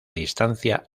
distancia